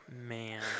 man